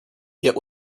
yet